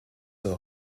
are